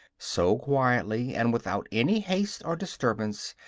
so quietly and without any haste or disturbance,